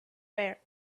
where